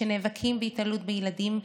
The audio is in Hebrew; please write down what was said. שנאבקים בהתעללות בילדים,